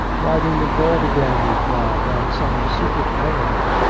riding abroad again he cried, on some secret errand!